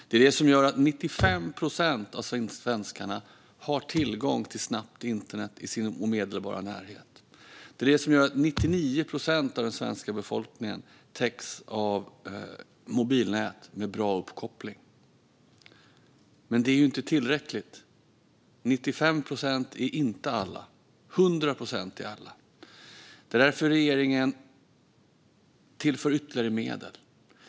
Det är det som gör att 95 procent av svenskarna har tillgång till snabbt internet i sin omedelbara närhet. Det är det som gör att 99 procent av den svenska befolkningen täcks av mobilnät med bra uppkoppling. Men det är inte tillräckligt. 95 procent är inte alla; 100 procent är alla. Det är därför regeringen tillför ytterligare medel.